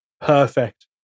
perfect